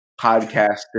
podcast